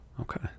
Okay